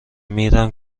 میرم